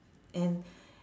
and